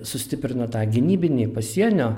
sustiprino tą gynybinį pasienio